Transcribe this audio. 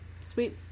sweet